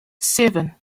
seven